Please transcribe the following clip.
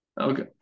okay